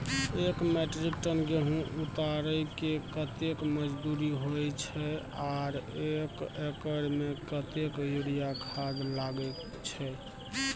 एक metric ton गेहूं उतारेके कतेक मजदूरी होय छै आर एक एकर में कतेक यूरिया खाद लागे छै?